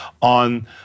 on